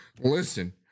listen